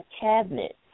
cabinet